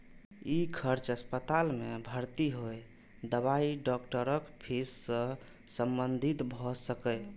ई खर्च अस्पताल मे भर्ती होय, दवाई, डॉक्टरक फीस सं संबंधित भए सकैए